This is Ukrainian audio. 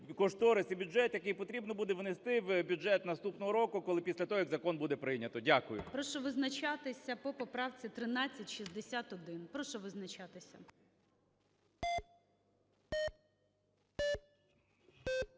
кошторис і бюджет, який потрібно буде внести в бюджет наступного року, коли… після того, як закон буде прийнято. Дякую. ГОЛОВУЮЧИЙ. Прошу визначатися по поправці 1361. Прошу визначатися.